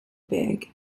big